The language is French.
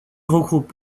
regroupe